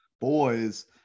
Boys